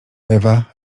ewa